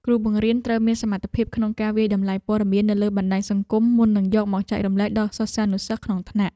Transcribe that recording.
គ្រូបង្រៀនត្រូវមានសមត្ថភាពក្នុងការវាយតម្លៃព័ត៌មាននៅលើបណ្តាញសង្គមមុននឹងយកមកចែករំលែកដល់សិស្សានុសិស្សក្នុងថ្នាក់។